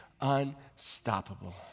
unstoppable